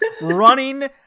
running